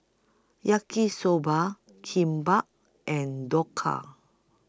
Yaki Soba Kimbap and Dhokla